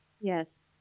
Yes